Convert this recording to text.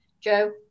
joe